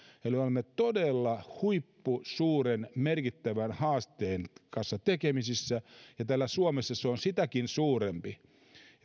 eli olemme todella huippusuuren merkittävän haasteen kanssa tekemisissä ja täällä suomessa se on sitäkin suurempi